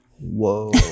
Whoa